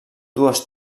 dues